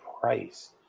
Price